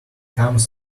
comes